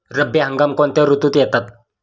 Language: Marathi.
रब्बी हंगाम कोणत्या ऋतूत येतात?